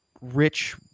rich